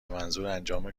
منظورانجام